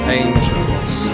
angels